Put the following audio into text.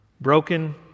broken